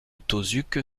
tauzuc